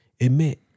Admit